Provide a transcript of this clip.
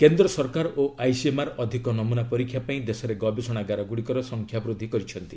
କେନ୍ଦ୍ର ସରକାର ଓ ଆଇସିଏମ୍ଆର୍ ଅଧିକ ନମ୍ରନା ପରୀକ୍ଷା ପାଇଁ ଦେଶରେ ଗବେଷଣାଗାରଗୁଡ଼ିକର ସଂଖ୍ୟା ବୃଦ୍ଧି କରିଛନ୍ତି